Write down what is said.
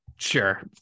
sure